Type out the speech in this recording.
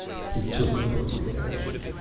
he took appropriate action.